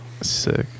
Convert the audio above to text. Sick